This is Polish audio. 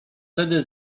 wtedy